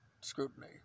scrutiny